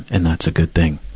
and that's a good thing.